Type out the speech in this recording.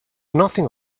nothing